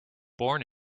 born